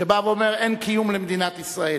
שבא ואומר: אין קיום למדינת ישראל.